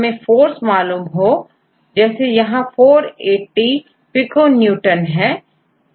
हमें फोर्स मालूम हो जैसे यहां480 पिको न्यूटन है